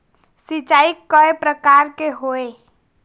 सिचाई कय प्रकार के होये?